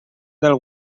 del